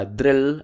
drill